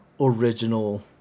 original